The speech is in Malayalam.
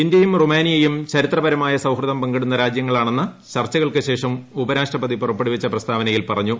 ഇന്ത്യയും റുമാനിയയും ചരിത്രപരമായ സൌഹൃദം പങ്കിടുന്ന രാജ്യങ്ങളാണെന്ന് ചർച്ചകൾക്ക് ശേഷം ഉപരാഷ്ട്രപതി പുറപ്പെടുവിച്ച പ്രസ്താവനയിൽ പറഞ്ഞു